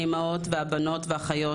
האימהות והבנות והאחיות,